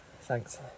thanks